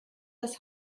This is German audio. das